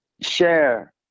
share